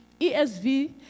ESV